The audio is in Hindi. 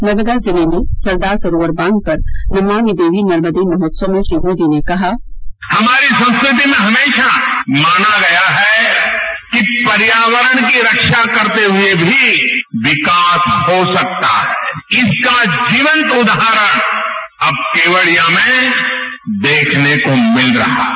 नर्मदा जिले में सरदार सरोवर बांध पर नमामि देवी नर्मदे महोत्सव में श्री मोदी ने कहा हमारी संस्कृति में हमेशा माना गया है कि पर्यावरण की रक्षा करते हुए भी विकास हो सकता है इसका जीवंत उदाहरण अब केवडिया में देखने को मिल रहा है